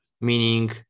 meaning